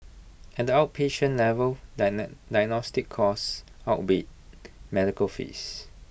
at the outpatient level diagnostic costs outweighed medical fees